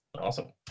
Awesome